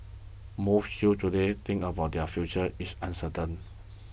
most youths today think their future is uncertain